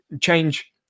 change